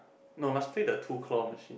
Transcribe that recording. no must play the two claw machine